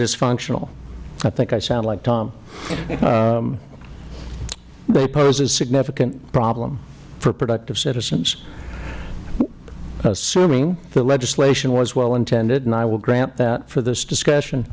dysfunctional i think i sound like tom they pose a significant problem for productive citizens assuming the legislation was well intended and i will grant that for this discussion